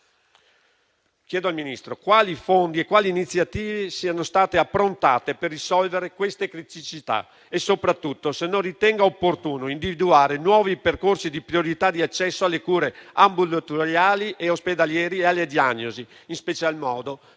Chiedo al Ministro quali fondi e quali iniziative siano state approntate per risolvere queste criticità e soprattutto se non ritenga opportuno individuare nuovi percorsi di priorità di accesso alle cure ambulatoriali e ospedaliere e alle diagnosi, in particolar modo per tutelare le fasce